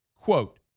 Quote